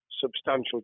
substantial